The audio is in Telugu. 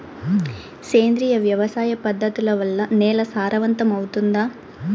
సేంద్రియ వ్యవసాయ పద్ధతుల వల్ల, నేల సారవంతమౌతుందా?